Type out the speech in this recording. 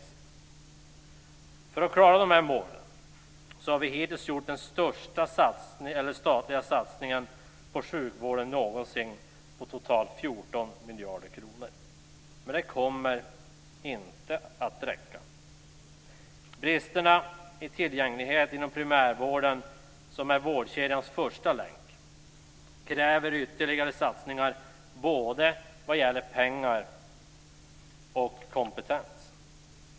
Vad vi för att klara dessa mål hittills gjort är den största statliga satsningen på sjukvården någonsin, totalt 14 miljarder kronor. Men det kommer inte att räcka. Bristerna i tillgänglighet inom primärvården, som är vårdkedjans första länk, kräver ytterligare satsningar vad gäller både pengar och kompetens.